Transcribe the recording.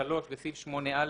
(3)בסעיף 8(א),